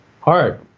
hard